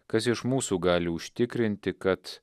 kas iš mūsų gali užtikrinti kad